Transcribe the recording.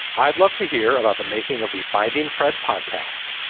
i'd love to hear about the making of the finding fred podcast.